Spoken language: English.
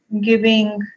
giving